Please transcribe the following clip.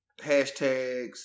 hashtags